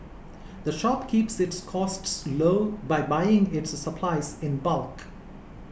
the shop keeps its costs low by buying its supplies in bulk